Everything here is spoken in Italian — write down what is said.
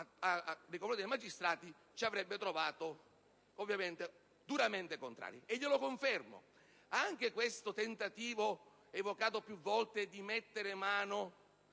confronti dei magistrati, ci avrebbe trovato duramente contrari, e glielo confermo. Anche questo tentativo, evocato più volte, di mettere mano